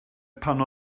pan